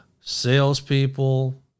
salespeople